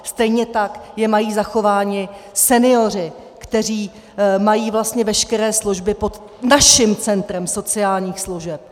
Stejně tak je mají zachovány senioři, kteří mají vlastně veškeré služby pod naším centrem sociálních služeb.